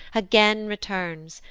again returns,